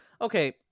okay